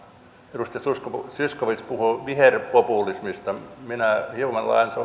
edustaja zyskowicz puhui viherpopulismista minä hiukan laajennan se